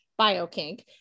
Biokink